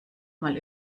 mal